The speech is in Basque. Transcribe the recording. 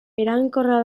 eraginkorra